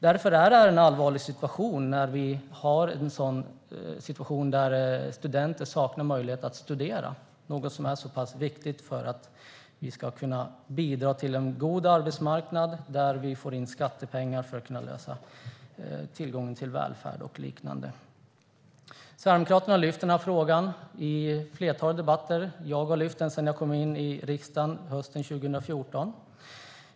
Därför är det en allvarlig situation när studenter saknar möjlighet att studera - något som är så pass viktigt för att man ska kunna bidra till en god arbetsmarknad där vi får in skattepengar för att kunna ordna tillgången till välfärd och liknande. Sverigedemokraterna har lyft frågan i ett flertal debatter. Jag har tagit upp den sedan jag kom in i riksdagen hösten 2014.